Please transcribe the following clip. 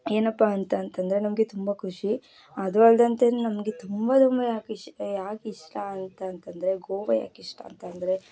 ಏನಪ್ಪ ಅಂತ ಅಂತಂದರೆ ನಮಗೆ ತುಂಬ ಖುಷಿ ಅದು ಅಲ್ದಂತೆ ನಮಗೆ ತುಂಬ ತುಂಬ ಯಾಕಿಷ್ಟ ಯಾಕಿಷ್ಟ ಅಂತ ಅಂತಂದರೆ ಗೋವಾ ಯಾಕಿಷ್ಟ ಅಂತಂದರೆ